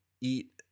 eat